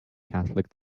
catholic